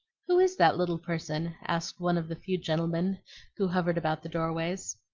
who is that little person? asked one of the few gentlemen who hovered about the doorways.